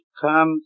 come